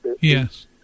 Yes